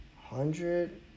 hundred